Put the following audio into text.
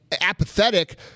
apathetic